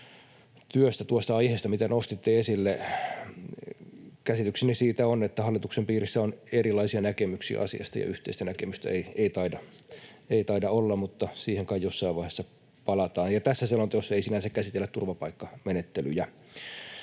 Tuosta aiheesta, mitä nostitte esille, käsitykseni on, että hallituksen piirissä on erilaisia näkemyksiä asiasta ja yhteistä näkemystä ei taida olla, mutta siihen kai jossain vaiheessa palataan. Eikä tässä selonteossa sinänsä käsitellä turvapaikkamenettelyjä.